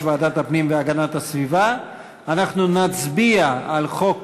ועדת הפנים והגנת הסביבה אנחנו נצביע על חוק